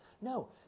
no